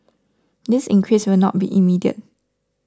this increase will not be immediate